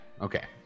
okay